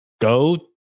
go